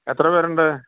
എത്ര പേരുണ്ട്